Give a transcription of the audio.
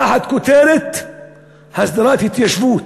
תחת הכותרת "הסדרת התיישבות".